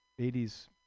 80s